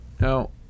Now